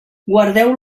guardeu